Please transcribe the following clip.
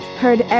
heard